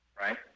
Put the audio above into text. right